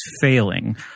failing